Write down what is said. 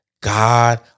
God